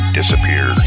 disappear